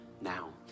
now